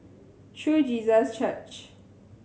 True Jesus Church